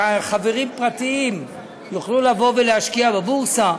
שחברים פרטיים יוכלו לבוא ולהשקיע בבורסה,